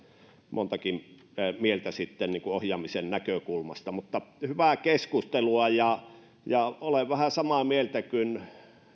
montakin mieltä ohjaamisen näkökulmasta hyvää keskustelua ja ja olen vähän samaa mieltä kuin